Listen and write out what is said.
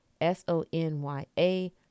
S-O-N-Y-A